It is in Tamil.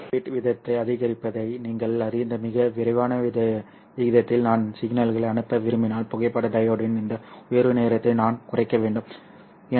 எனவே பிட் வீதத்தை அதிகரிப்பதை நீங்கள் அறிந்த மிக விரைவான விகிதத்தில் நான் சிக்னல்களை அனுப்ப விரும்பினால் புகைப்பட டையோடின் இந்த உயர்வு நேரத்தை நான் குறைக்க வேண்டும் சரி